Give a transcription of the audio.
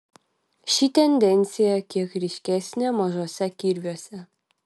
ši tendencija kiek ryškesnė mažuose kirviuose